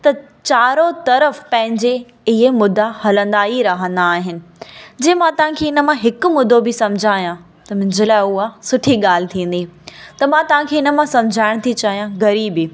त चारों तरफ पंहिंजे ईअं मुदा हलंदा ई रहंदा आहिनि जीअं मां तव्हां खे इन मां हिकु मुदो बि समुझायां त मुंहिंजे लाइ उहा सुठी ॻाल्हि थींदी त मां तव्हां खे इन मां समुझाइणु थी चाहियां ग़रीबी